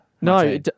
No